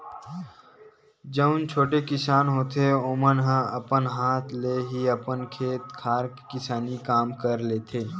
जउन छोटे किसान होथे ओमन ह अपन हाथ ले ही अपन खेत खार के किसानी काम ल करथे